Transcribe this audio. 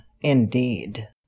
indeed